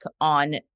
on